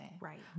Right